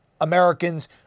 Americans